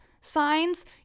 signs